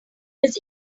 his